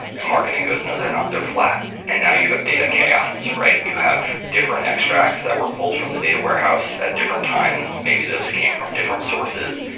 and marketing goes, no, they're not. they're flat. and now you have data chaos, right? you have different extracts that were pulled from the data warehouse at different times. maybe those came from different sources.